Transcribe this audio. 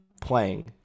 playing